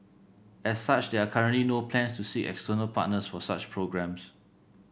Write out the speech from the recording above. as such there are currently no plans to seek external partners for such programmes